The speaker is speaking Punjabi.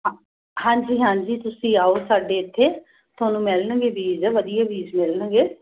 ਹਾਂਜੀ ਹਾਂਜੀ ਤੁਸੀਂ ਆਓ ਸਾਡੇ ਇੱਥੇ ਤੁਹਾਨੂੰ ਮਿਲਣਗੇ ਬੀਜ ਵਧੀਆ ਬੀਜ ਮਿਲਣਗੇ